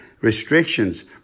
restrictions